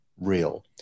real